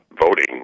voting